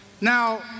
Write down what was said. Now